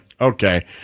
okay